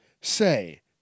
say